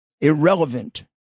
irrelevant